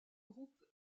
groupe